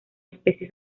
especie